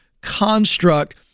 construct